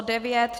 9.